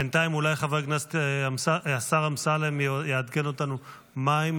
בינתיים אולי השר אמסלם יעדכן אותנו מה עם